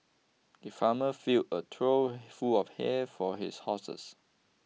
the farmer filled a trough full of hay for his horses